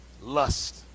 lust